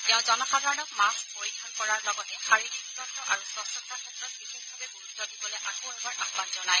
তেওঁ জনসাধাৰণক মাস্ক পৰিধান কৰাৰ লগতে শাৰীৰিক দূৰত্ব আৰু স্বচ্ছতাৰ ক্ষেত্ৰত বিশেষভাৱে গুৰুত্ব দিবলৈ আকৌ এবাৰ আহান জনায়